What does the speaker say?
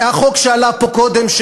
החוק שעלה פה קודם,